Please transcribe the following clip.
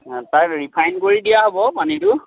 আঁ তাক ৰিফাইন কৰি দিয়া হ'ব পানীটো